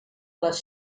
les